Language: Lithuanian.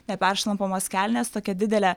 neperšlampamas kelnes tokia didelė